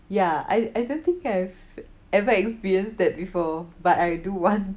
ya I I don't think I have ever experienced that before but I do want